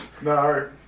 No